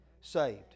Saved